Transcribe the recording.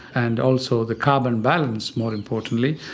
and also the carbon balance, more importantly.